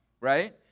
Right